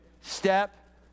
step